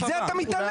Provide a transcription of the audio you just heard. על זה אתה מתעלם.